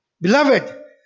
Beloved